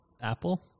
Apple